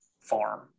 farm